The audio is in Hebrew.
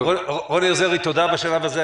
רוני עוזרי, תודה בשלב הזה.